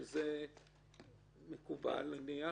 -- שזה מקובל, נניח.